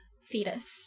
fetus